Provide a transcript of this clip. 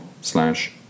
slash